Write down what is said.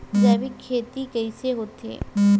जैविक खेती कइसे होथे?